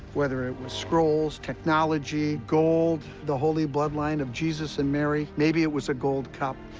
whether it was scrolls, technology, gold, the holy bloodline of jesus and mary. maybe it was a gold cup.